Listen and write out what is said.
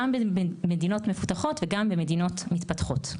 גם במדינות מפותחות וגם במדינות מתפתחות.